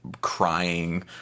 crying